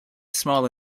small